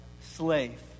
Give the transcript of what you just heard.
slave